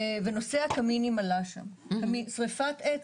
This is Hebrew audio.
ונושא הקמינים עלה שם, שריפת עץ.